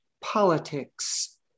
politics